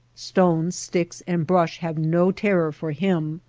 stones, sticks, and brush have no terror for him.